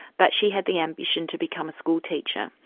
but she had the ambition to become a school teacher.